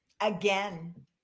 again